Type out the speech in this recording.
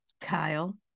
Kyle